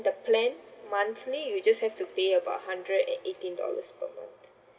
the plan monthly you just have to pay about hundred and eighteen dollars per month